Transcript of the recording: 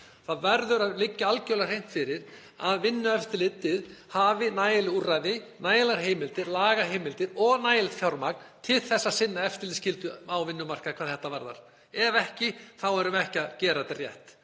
Það verður að liggja algerlega hreint fyrir að Vinnueftirlitið hafi nægileg úrræði, nægilegar heimildir, lagaheimildir, og nægilegt fjármagn til að sinna eftirlitsskyldu á vinnumarkaði hvað þetta varðar. Ef ekki þá erum við ekki að gera þetta rétt